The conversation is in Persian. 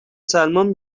سلمان